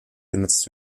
genutzt